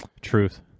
Truth